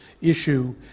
issue